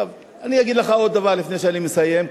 אני אגיד לך עוד דבר לפני שאני מסיים,